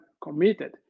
committed